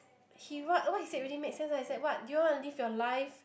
he what what he said really makes sense like he's like say what do you all want to live your life